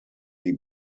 die